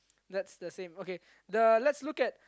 that's the same okay the let's look at